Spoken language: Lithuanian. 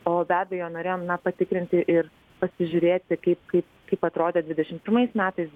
o be abejo norėjom na patikrinti ir pasižiūrėti kaip kaip kaip atrodė dvidešimt pirmais metais